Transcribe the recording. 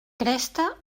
cresta